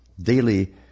Daily